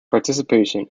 participation